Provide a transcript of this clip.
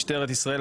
משטרת ישראל,